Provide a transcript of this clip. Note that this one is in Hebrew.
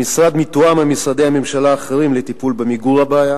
המשרד מתואם עם משרדי הממשלה האחרים לטיפול במיגור הבעיה,